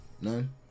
None